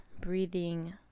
breathing